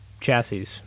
chassis